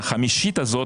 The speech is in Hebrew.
החמישית הזאת,